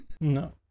No